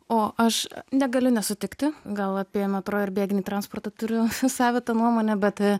o aš negaliu nesutikti gal apie metro ir bėginį transportą turiu savitą nuomonę bet